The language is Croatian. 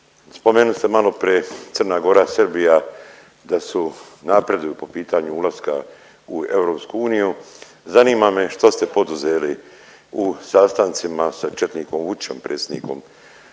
Spomenuli ste malopre Crna Gora, Srbija da su napreduju po pitanju ulaska u EU. Zanima me što ste poduzeli u sastancima sa četnikom Vučićem predsjednikom